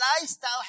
lifestyle